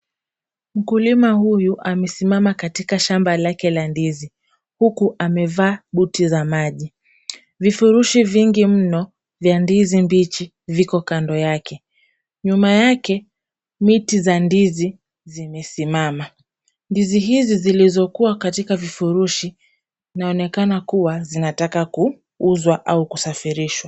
Mkulima huyu amesimama katika shamba lake la ndizi, huku amevaa buti za maji. Vifurushi vingi mno vya ndizi mbichi viko kando yake. Nyuma yake ,miti za ndizi zimesimama. Ndizi hizi zilizokuwa katika vifurushi, zinaonekana kuwa zinataka kuuzwa au kusafirishwa.